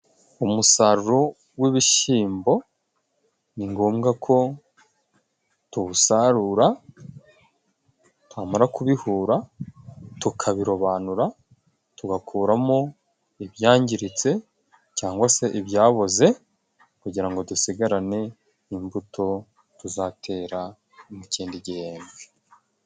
Umusaruro w'ibishyimbo ni ngombwa ko tuwusarura twamara kubihura tukabirobanura tugakuramo ibyangiritse cyangwa se ibyaboze kugira ngo dusigarane imbuto tuzatera mu kindi gihembwe.